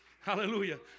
Hallelujah